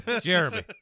Jeremy